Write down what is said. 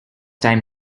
time